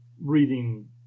reading